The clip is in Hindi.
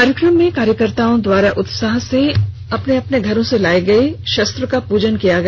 कार्यक्रम में कार्यकर्ताओं द्वारा बड़े ही उत्साह से अपने अपने घरों से लाए शस्त्र का पूजन किया गया